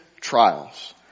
Trials